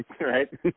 right